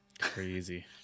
Crazy